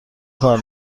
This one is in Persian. کار